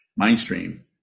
mindstream